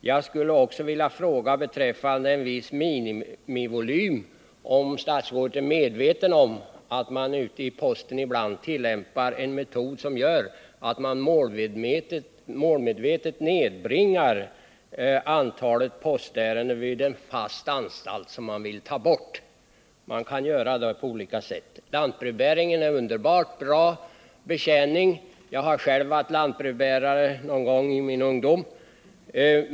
Beträffande ”en viss minimivolym” skulle jag vilja fråga om statsrådet är medveten om att man vid posten ibland tillämpar en metod som innebär att antalet postärenden målmedvetet nedbringas vid en fast anstalt som man vill få bort. Man kan göra det på olika sätt. Lantbrevbäringen erbjuder en underbart bra betjäning. Jag har själv i min ungdom varit lantbrevbärare.